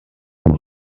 form